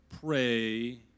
pray